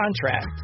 contract